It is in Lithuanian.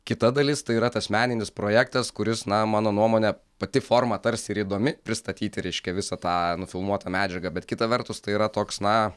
kita dalis tai yra tas meninis projektas kuris na mano nuomone pati forma tarsi ir įdomi pristatyti reiškia visą tą nufilmuotą medžiagą bet kita vertus tai yra toks na